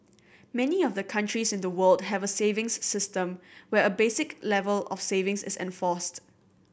many of the countries in the world have savings system where a basic level of savings is enforced